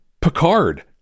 Picard